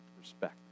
respect